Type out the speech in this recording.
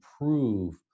improve